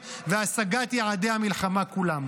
והשגת יעדי המלחמה כולם.